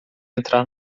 entrar